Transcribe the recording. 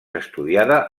estudiada